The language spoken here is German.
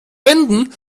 wenden